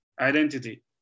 identity